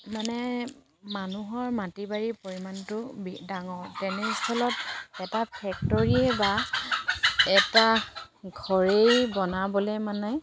মানে মানুহৰ মাটি বাৰীৰ পৰিমাণটো ডাঙৰ তেনেস্থলত এটা ফেক্টৰীয়ে বা এটা ঘৰেই বনাবলে মানে